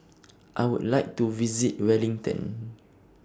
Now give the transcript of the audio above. I Would like to visit Wellington